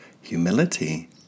humility